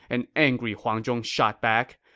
an angry huang zhong shot back.